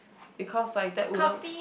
because like that wouldn't